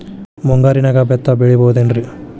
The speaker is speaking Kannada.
ಮುಂಗಾರಿನ್ಯಾಗ ಭತ್ತ ಬೆಳಿಬೊದೇನ್ರೇ?